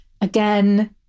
Again